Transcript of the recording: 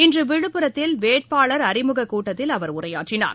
இன்று விழுப்புரத்தில் வேட்பாளர் அறிமுகக் கூட்டத்தில் அவர் உரையாற்றினார்